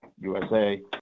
USA